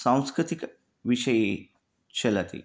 सांस्कृतिकविषये चलन्ति